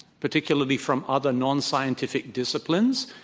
particularly from other nonscientific disciplines,